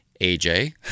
aj